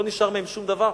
לא נשאר מהם שום דבר.